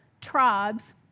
tribes